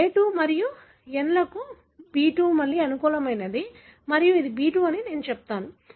A2 మరియు N లకు B2 మళ్లీ అనుకూలమైనది మరియు ఇది B2 అని నేను చెబుతాను